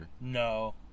no